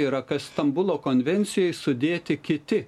yra kas stambulo konvencijoj sudėti kiti